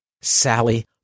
Sally